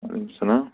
وعلیکُم السَلام